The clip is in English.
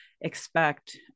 expect